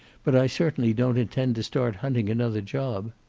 but i certainly don't intend to start hunting another job.